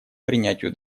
принятию